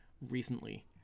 recently